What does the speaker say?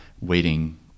waiting